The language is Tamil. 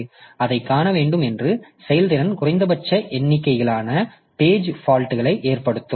எனவே அதைக் காண வேண்டும் மற்றும் செயல்திறன் குறைந்தபட்ச எண்ணிக்கையிலானபேஜ் பால்ட்களை ஏற்படுத்தும்